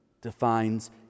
defines